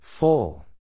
Full